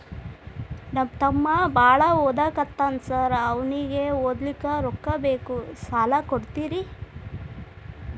ನಮ್ಮ ತಮ್ಮ ಬಾಳ ಓದಾಕತ್ತನ ಸಾರ್ ಅವಂಗ ಓದ್ಲಿಕ್ಕೆ ರೊಕ್ಕ ಬೇಕು ಸಾಲ ಕೊಡ್ತೇರಿ?